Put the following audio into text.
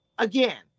Again